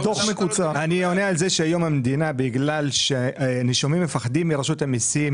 היום במדינה, בגלל שנישומים מפחדים מרשות המיסים